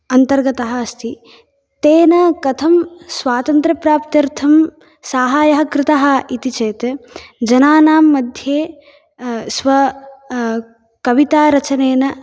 अन्तर्गतः अस्ति तेन कथं स्वतन्त्रप्राप्त्यर्थं सहायः कृतः इति चेत् जनानां मध्ये स्व कवितारचनेन